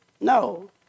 no